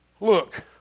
Look